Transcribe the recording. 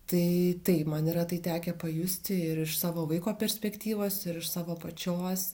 tai tai man yra tai tekę pajusti ir iš savo vaiko perspektyvos ir iš savo pačios